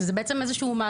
זה דבר שהוא סופר